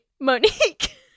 Monique